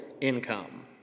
income